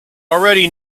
already